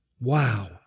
Wow